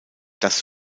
das